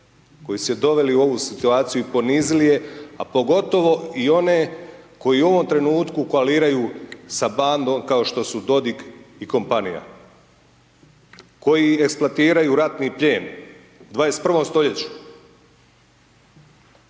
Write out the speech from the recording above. koji su ju doveli u ovu situaciju i ponizili je, a pogotovo i one koji u ovom trenutku koaliraju sa bandom kao što su Dodok i kompanija, koji eksploatiraju ratni plijen u 21. stoljeću.